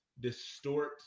distort